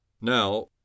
Now